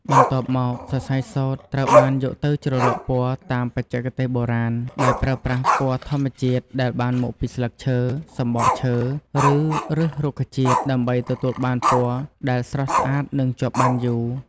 បន្ទាប់មក សរសៃសូត្រត្រូវបានយកទៅជ្រលក់ពណ៌តាមបច្ចេកទេសបុរាណ ដោយប្រើប្រាស់ពណ៌ធម្មជាតិដែលបានមកពីស្លឹកឈើ សំបកឈើ ឬឫសរុក្ខជាតិ ដើម្បីទទួលបានពណ៌ដែលស្រស់ស្អាតនិងជាប់បានយូរ។